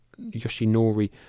Yoshinori